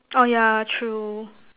orh yeah true